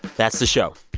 that's the show.